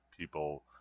people